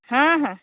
ହଁ ହଁ